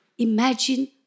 Imagine